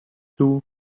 two